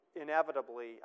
inevitably